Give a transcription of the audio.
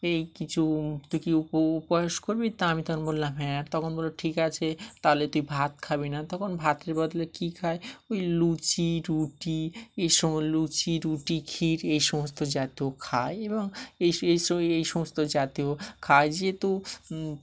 এই কিছু তুই কি উপ উপবাস করবি তা আমি তখন বললাম হ্যাঁ তখন বললো ঠিক আছে তাহলে তুই ভাত খাবি না তখন ভাতের বদলে কী খায় ওই লুচি রুটি এই সময় লুচি রুটি ক্ষীর এই সমস্ত জাতীয় খায় এবং এই এইস এই সমস্ত জাতীয় খায় যেহেতু